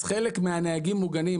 ולכן חלק מן הנהגים מוגנים,